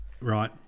Right